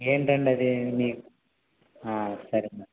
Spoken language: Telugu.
ఏంటండి అది మీ సరే అండి